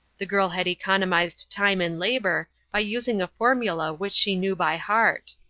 the girl had economized time and labor by using a formula which she knew by heart.